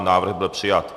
Návrh byl přijat.